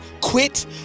quit